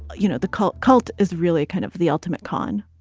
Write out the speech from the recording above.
you know, the cult cult is really kind of the ultimate con.